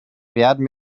werden